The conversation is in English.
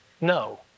no